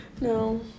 No